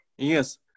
Yes